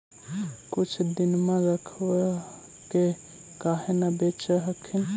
कुछ दिनमा रखबा के काहे न बेच हखिन?